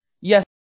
yes